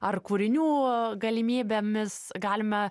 ar kūrinių galimybėmis galime